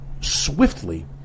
swiftly